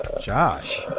Josh